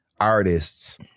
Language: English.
artists